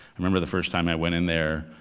i remember the first time i went in there,